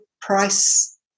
price